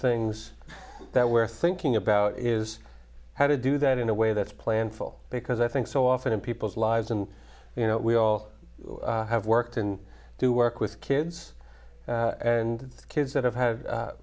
things that we're thinking about is how to do that in a way that's planful because i think so often in people's lives and you know we all have worked and do work with kids and kids that have ha